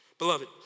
Beloved